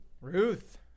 Ruth